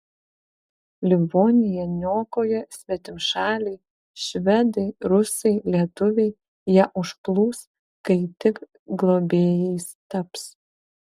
livoniją niokoja svetimšaliai švedai rusai lietuviai ją užplūs kai tik globėjais taps